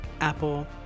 apple